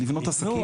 לבנות עסקים אין,